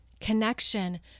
connection